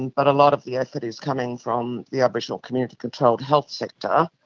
and but a lot of the effort is coming from the aboriginal community controlled health sector.